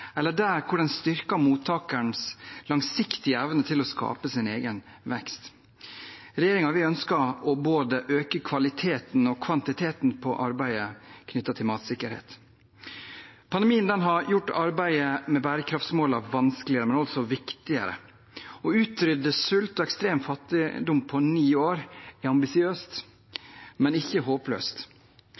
eller styrker mottakerens langsiktige evne til å skape sin egen vekst. Regjeringen ønsker å øke både kvaliteten og kvantiteten på arbeidet knyttet til matsikkerhet. Pandemien har gjort arbeidet med bærekraftsmålene vanskeligere, men også viktigere. Å utrydde sult og ekstrem fattigdom på ni år er ambisiøst, men ikke håpløst.